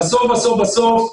בסוף בסוף בסוף,